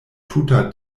tuta